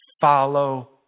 follow